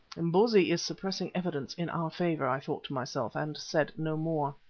imbozwi is suppressing evidence in our favour, i thought to myself, and said no more.